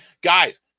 Guys